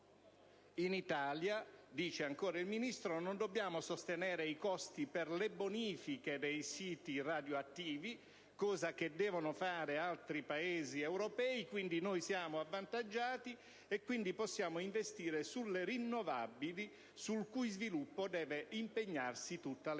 In Italia - dice ancora il Ministro - non dobbiamo sostenere i costi per le bonifiche dei siti radioattivi, cosa che devono fare altri Paesi europei. Quindi siamo avvantaggiati e possiamo investire sulle rinnovabili, sul cui sviluppo deve impegnarsi tutta l'Europa.